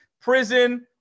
Prison